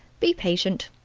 be patient.